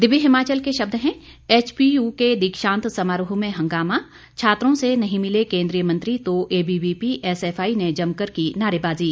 दिव्य हिमाचल के शब्द हैं एचपीयू के दीक्षांत समारोह में हंगामा छात्रों से नहीं मिले केन्द्रीय मंत्री तो एबीवीपी एसएफआई ने जमकर की नारेबाजी